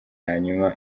hanyuma